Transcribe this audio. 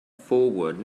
forward